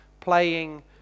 playing